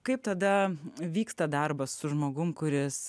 kaip tada vyksta darbas su žmogum kuris